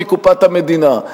מקופת המדינה.